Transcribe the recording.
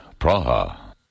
Praha